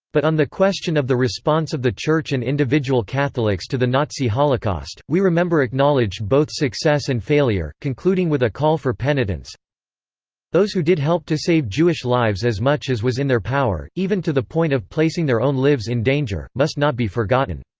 but on the question of the response of the church and individual catholics to the nazi holocaust, we remember acknowledged both success and failure, concluding with a call for penitence those who did help to save jewish lives as much as was in their power, even to the point of placing their own lives in danger, must not be forgotten.